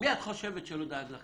מי את חושבת שלא דאג לך